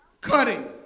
cutting